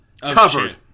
covered